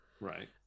Right